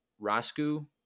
Rasku